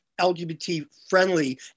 LGBT-friendly